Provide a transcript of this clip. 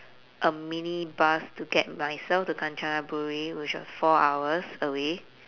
a minibus to get myself to kachanaburi which was four hours away